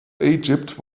egypt